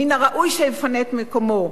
מן הראוי שיפנה את מקומו.